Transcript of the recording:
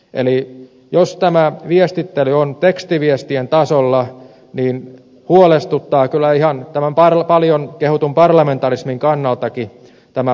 eli jos tämä viestittely on tekstiviestien tasolla niin huolestuttaa kyllä ihan tämän paljon kehutun parlamentarismin kannaltakin tämä päätöksentekojärjestys